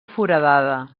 foradada